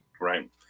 Right